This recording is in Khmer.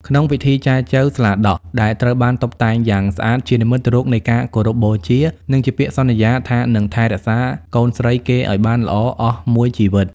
ក្នុងពិធីចែចូវ "ស្លាដក" ដែលត្រូវបានតុបតែងយ៉ាងស្អាត ជានិមិត្តរូបនៃការគោរពបូជា និងជាពាក្យសន្យាថានឹងថែរក្សាកូនស្រីគេឱ្យបានល្អអស់មួយជីវិត។